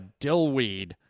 dillweed